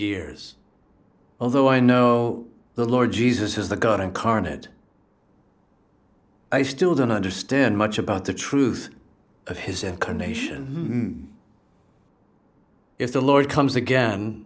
years although i know the lord jesus is the god incarnate i still don't understand much about the truth of his and carnation if the lord comes again